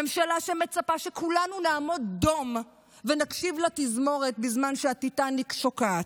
ממשלה שמצפה שכולנו נעמוד דום ונקשיב לתזמורת בזמן שהטיטניק שוקעת,